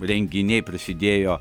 renginiai prasidėjo